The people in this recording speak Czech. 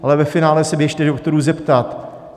Ale ve finále se běžte doktorů zeptat.